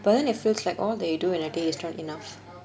but then it feels like all that you do in a day is not enough